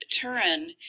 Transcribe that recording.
Turin